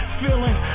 feeling